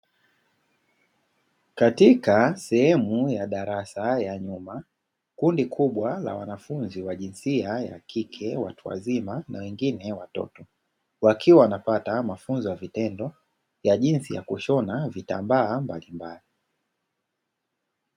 Katika sehemu ya darasa kubwa, kundi kubwa la jinsia ya kike, watu wazima na wengine watoto, wakiwa wanapata mafunzo ya vitendo ya jinsi ya kushona vitambaa mbalimbali.